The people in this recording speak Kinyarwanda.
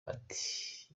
ati